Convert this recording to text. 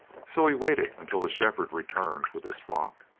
so he waited until the shepherd returned with his flock.